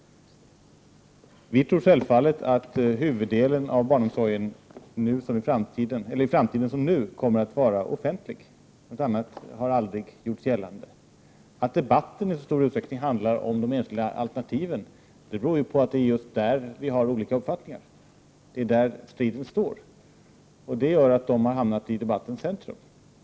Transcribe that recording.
Vi tror självfallet att huvuddelen av barnomsorgen i framtiden liksom nu kommer att vara offentlig. Något annat har aldrig gjorts gällande. Att debatten i så stor utsträckning handlar om de enskilda alternativen beror ju på att det är just där som vi har olika uppfattningar. Det är där striden står, och det är därför som dessa alternativ har hamnat i debattens centrum.